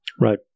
Right